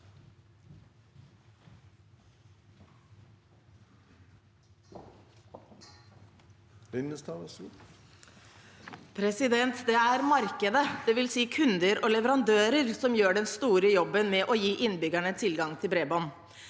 Det er mar- kedet, dvs. kunder og leverandører, som gjør den store jobben med å gi innbyggerne tilgang til bredbånd.